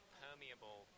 permeable